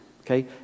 Okay